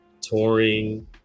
touring